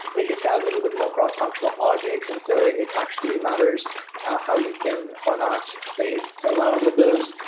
they just have a little bit more cross-functional politics. and so it actually matters how you can or not play some amount of those.